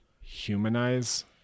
humanize